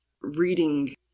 reading